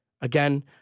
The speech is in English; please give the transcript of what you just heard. Again